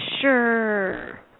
Sure